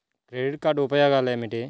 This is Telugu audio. క్రెడిట్ కార్డ్ ఉపయోగాలు ఏమిటి?